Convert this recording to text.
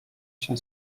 się